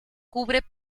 cubre